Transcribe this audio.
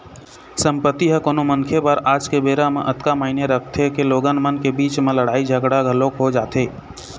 संपत्ति ह कोनो मनखे बर आज के बेरा म अतका मायने रखथे के लोगन मन के बीच म लड़ाई झगड़ा घलोक हो जाथे